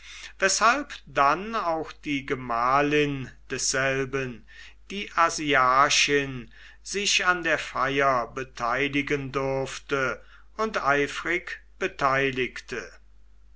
weshalb dann auch die gemahlin desselben die asiarchin sich an der feier beteiligen durfte und eifrig beteiligte